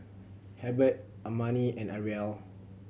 Hebert Amani and Arielle